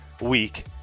week